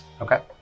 Okay